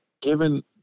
given